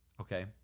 okay